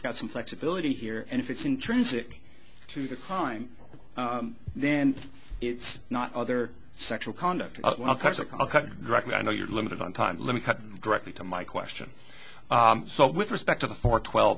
got some flexibility here and if it's intrinsic to the time then it's not other sexual conduct directly i know you're limited on time let me cut directly to my question so with respect to the four twelve